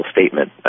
statement